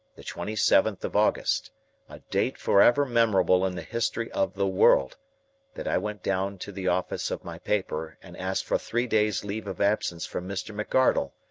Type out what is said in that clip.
the twenty-seventh of august a date forever memorable in the history of the world that i went down to the office of my paper and asked for three days' leave of absence from mr. mcardle,